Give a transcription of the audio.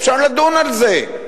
אפשר לדון על זה,